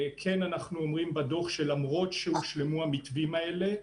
אנחנו כן אומרים בדוח שלמרות שהושלמו המתווים האלה,